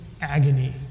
agony